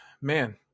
Man